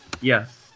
Yes